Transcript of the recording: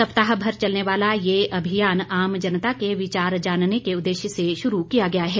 सप्ताह भर चलने वाला यह अभियान आम जनता के विचार जानने के उद्देश्य से शुरू किया गया है